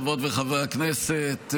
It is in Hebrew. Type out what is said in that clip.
חברות וחברי הכנסת,